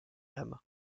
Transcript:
lame